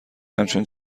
همچون